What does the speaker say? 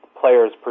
players